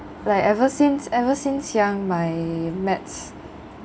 like ever since ever since young my maths